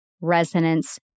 resonance